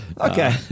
Okay